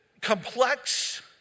complex